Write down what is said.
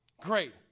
Great